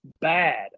bad